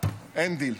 אין דיל.